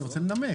אני רוצה לנמק.